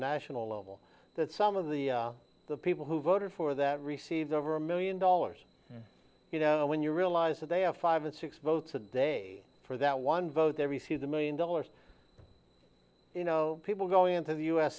national level that some of the the people who voted for that received over a million dollars you know when you realize that they have five and six votes a day for that one vote they received a million dollars you know people go into the u